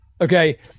Okay